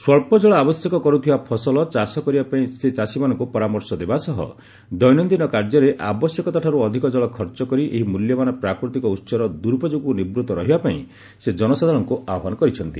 ସ୍ୱଚ୍ଚ ଜଳ ଆବଶ୍ୟକ କରୁଥିବା ଫସଲ ଚାଷ କରିବା ପାଇଁ ସେ ଚାଷୀମାନଙ୍କୁ ପରାମର୍ଶ ଦେବା ସହ ଦୈନନ୍ଦିନ କାର୍ଯ୍ୟରେ ଆବଶ୍ୟକତାଠାରୁ ଅଧିକ ଜଳ ଖର୍ଚ୍ଚ କରି ଏହି ମୂଲ୍ୟବାନ ପ୍ରାକୃତିକ ଉତ୍ସର ଦୁର୍ପଯୋଗରୁ ନିବୃତ୍ତ ରହିବା ପାଇଁ ସେ ଜନସାଧାରଣଙ୍କୁ ଆହ୍ୱାନ କରିଛନ୍ତି